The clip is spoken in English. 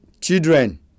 Children